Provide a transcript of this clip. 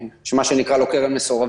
מה שנקרא לו עד עכשיו "קרן מסורבים",